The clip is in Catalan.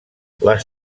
les